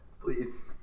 please